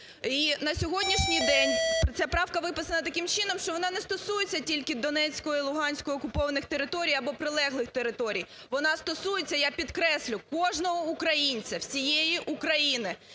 І на сьогоднішній день ця правка виписана таким чином, що вона не стосується тільки Донецької і Луганської окупованих територій або прилеглих територій, вона стосується – я підкреслю – кожного українця, всієї України.